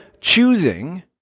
choosing